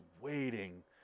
waiting